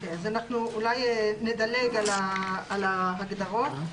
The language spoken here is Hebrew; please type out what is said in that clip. אולי נדלג על ההגדרות.